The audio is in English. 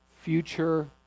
future